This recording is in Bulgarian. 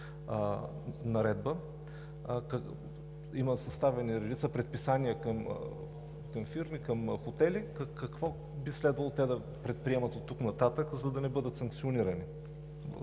наредба. Има съставени редица предписания към фирми, към хотели. Какво би следвало те да предприемат оттук нататък, за да не бъдат санкционирани?